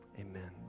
Amen